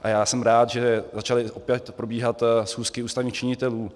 A já jsem rád, že začaly opět probíhat schůzky ústavních činitelů.